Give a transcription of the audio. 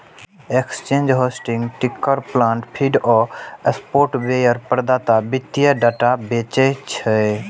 exchange, hosting, ticker plant feed आ software प्रदाता वित्तीय डाटा बेचै छै